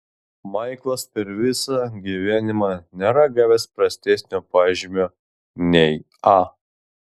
maiklas per visą gyvenimą nėra gavęs prastesnio pažymio nei a